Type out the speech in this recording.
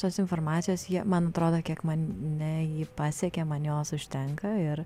tos informacijos jie man atrodo kiek mane ji pasiekia man jos užtenka ir